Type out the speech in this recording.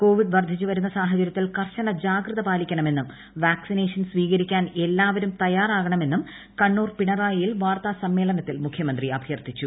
Covid വർധിച്ചു വരുന്ന സാഹചര്യത്തിൽ കർശന ജാഗ്രത പാലിക്ക്ണ്മെന്നും വാക്സിനേഷൻ സ്വീകരിക്കാൻ എല്ലാവരു്ം തയ്യാറാവണമെന്നും കണ്ണൂർ പിണറായിയിൽ വാർത്താ സമ്മേളനത്തിൽ മുഖ്യമന്ത്രി അഭ്യർത്ഥിച്ചു